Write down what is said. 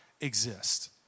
exist